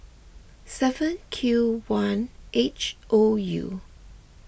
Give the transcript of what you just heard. seven Q one H O U